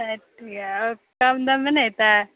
साठि रूपआ आओर कम दाममे नहि हेतै